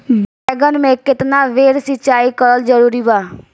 बैगन में केतना बेर सिचाई करल जरूरी बा?